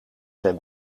zijn